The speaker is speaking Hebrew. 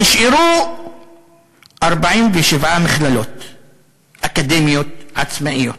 נשארו 47 מכללות אקדמיות עצמאיות.